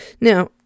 Now